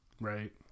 right